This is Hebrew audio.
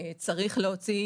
צריך להוציא